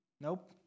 Nope